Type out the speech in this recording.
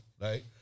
right